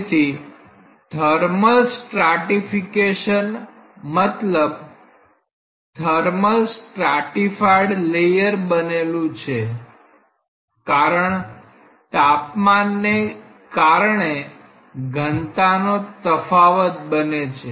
તેથી thermal stratification મતલબ thermal stratified layer બનેલું છે કારણ તાપમાનને કારણે ઘનતાનો તફાવત બને છે